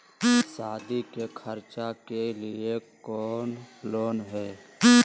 सादी के खर्चा के लिए कौनो लोन है?